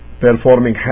performing